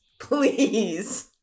Please